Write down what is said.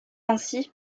ainsi